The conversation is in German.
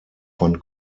von